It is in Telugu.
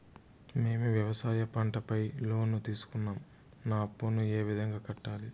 మేము వ్యవసాయ పంట పైన లోను తీసుకున్నాం నా అప్పును ఏ విధంగా కట్టాలి